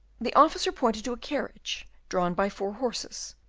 the officer pointed to a carriage, drawn by four horses,